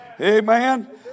Amen